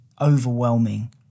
overwhelming